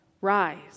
Rise